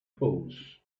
pose